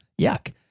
yuck